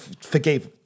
forgave